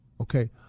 Okay